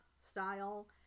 style